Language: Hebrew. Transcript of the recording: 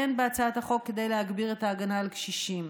אין בהצעת החוק כדי להגביר את ההגנה על קשישים.